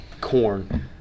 corn